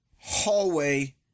hallway